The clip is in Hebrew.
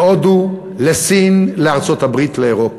להודו, לסין, לארצות-הברית, לאירופה.